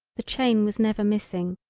the chain was never missing,